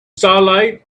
starlight